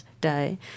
Day